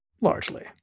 Largely